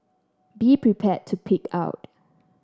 be prepared to pig out